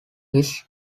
his